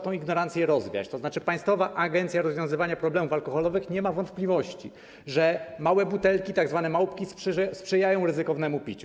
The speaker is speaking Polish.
Trzeba tę ignorancję rozwiać, tzn. Państwowa Agencja Rozwiązywania Problemów Alkoholowych nie ma wątpliwości, że małe butelki, tzw. małpki, sprzyjają ryzykownemu piciu.